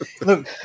Look